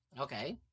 Okay